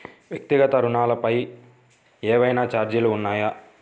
వ్యక్తిగత ఋణాలపై ఏవైనా ఛార్జీలు ఉన్నాయా?